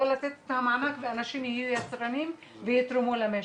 או לתת את המענק ואנשים יהיו יצרנים ויתרמו למשק?